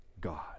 God